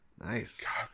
Nice